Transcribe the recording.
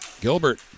Gilbert